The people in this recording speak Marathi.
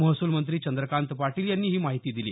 महसूल मंत्री चंद्रकांत पाटील यांनी ही माहिती दिली